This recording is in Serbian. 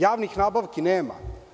Javnih nabavki nema.